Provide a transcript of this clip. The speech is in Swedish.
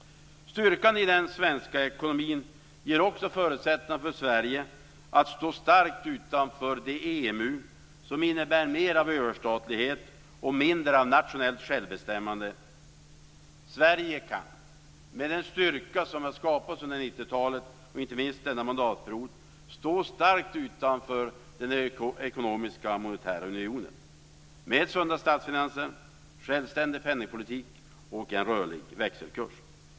Styrkan i den svenska ekonomin ger också förutsättningar för Sverige att stå starkt utanför det EMU som innebär mer av överstatlighet och mindre av nationellt självbestämmande. Sverige kan, med den styrka som har skapats under 90-talet och inte minst under denna mandatperiod, stå starkt utanför den ekonomiska monetära unionen med sunda statsfinanser, självständig penningpolitik och en rörlig växelkurs.